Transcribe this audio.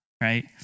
right